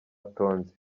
tonzi